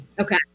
Okay